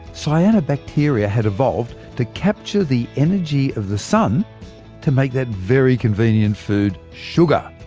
cyanobacteria had evolved to capture the energy of the sun to make that very convenient food, sugar.